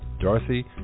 Dorothy